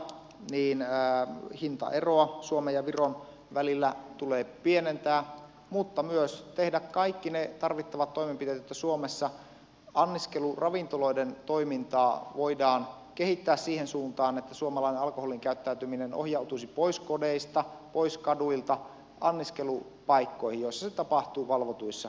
pienentää hintaeroa suomen ja viron välillä mutta myös tehdä kaikki tarvittavat toimenpiteet että suomessa anniskeluravintoloiden toimintaa voidaan kehittää siihen suuntaan että suomalainen alkoholikäyttäytyminen ohjautuisi pois kodeista pois kaduilta anniskelupaikkoihin joissa se tapahtuisi valvotuissa olosuhteissa